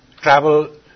travel